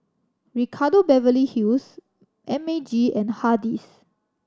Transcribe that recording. Ricardo Beverly Hills M A G and Hardy's